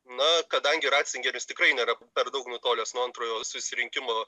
na kadangi racingeris tikrai nėra per daug nutolęs nuo antrojo susirinkimo